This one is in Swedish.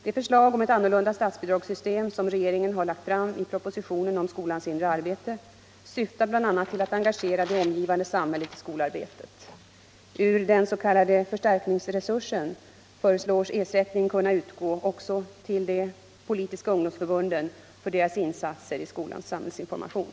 De förslag om eu annorlunda statsbidragssystem som regeringen har lagt fram i propositionen om skolans inre arbete syftar bl.a. till att engagera det omgivande samhället i skolarbetet. Ur den s.k. förstärkningsresursen föreslås ersättning kunna utgå också till de politiska ungdomsförbunden för deras insatser i skolans samhällsinformation.